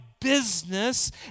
business